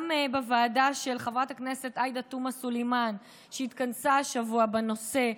גם בוועדה של חברת הכנסת עאידה תומא סלימאן שהתכנסה השבוע בנושא,